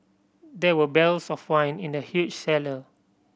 there were barrels of wine in the huge cellar